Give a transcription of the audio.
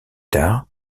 tard